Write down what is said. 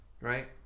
right